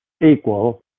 equal